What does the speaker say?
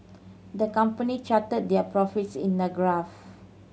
the company charted their profits in a graph